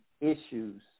Issues